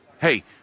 hey